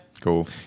Cool